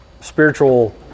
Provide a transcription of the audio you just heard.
spiritual